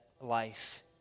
life